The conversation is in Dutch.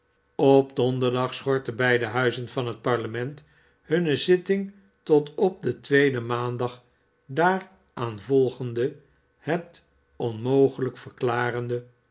op donderdag schortten beide huizen van het parlement hunne zitting tot op den tweeden maandag daaraanvolgende het onmogelijk verklarende